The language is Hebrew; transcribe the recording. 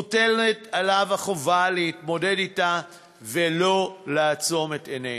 מוטלת עלינו החובה להתמודד אתה ולא לעצום את עינינו.